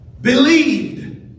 Believed